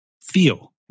feel